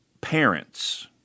parents